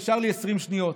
נשארו לי 20 שניות: